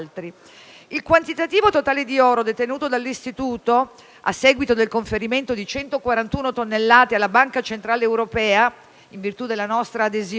Il quantitativo totale di oro detenuto dell'Istituto, a seguito del conferimento di 141 tonnellate alla Banca centrale europea, in virtù della nostra adesione,